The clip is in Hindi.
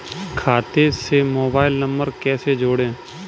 खाते से मोबाइल नंबर कैसे जोड़ें?